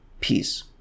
peace